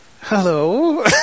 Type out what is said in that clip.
Hello